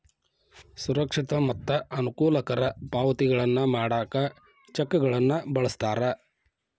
ಸುರಕ್ಷಿತ ಮತ್ತ ಅನುಕೂಲಕರ ಪಾವತಿಗಳನ್ನ ಮಾಡಾಕ ಚೆಕ್ಗಳನ್ನ ಬಳಸ್ತಾರ